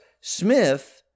Smith